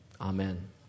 amen